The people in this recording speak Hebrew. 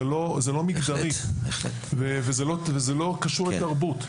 זה לא מגדרי וזה לא קשור לתרבות,